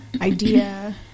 idea